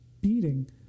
beating